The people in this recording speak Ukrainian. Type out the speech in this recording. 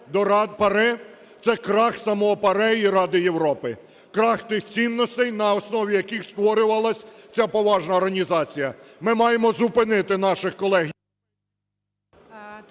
до ПАРЄ – це крах самого ПАРЄ і Ради Європи, крах тих цінностей, на основі яких створювалась ця поважна організація. Ми маємо зупинити наших колег…